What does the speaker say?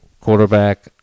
quarterback